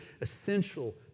essential